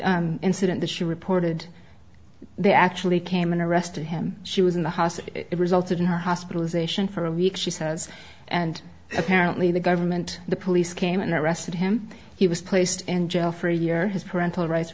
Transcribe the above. first incident that she reported they actually came and arrested him she was in the house it resulted in her hospitalization for a week she says and apparently the government the police came and arrested him he was placed in jail for a year his parental rights